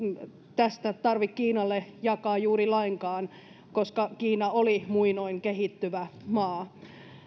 tästä tarvitse kiinalle jakaa juuri lainkaan koska kiina oli muinoin kehittyvä maa